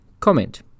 Comment